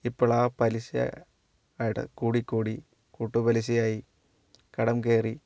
ഇപ്പോഴാ പലിശ അവിടെ കൂടിക്കൂടി കൂട്ടുപലിശയായി കടംകയറി